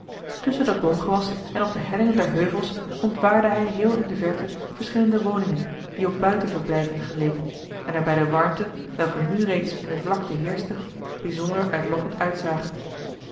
tusschen dat boomgewas en op de hellingen der heuvels ontwaarde hij heel in de verte verschillende woningen die op buitenverblijven geleken en er bij de warmte welke nu reeds in de vlakte heerschte bijzonder uitlokkend uitzagen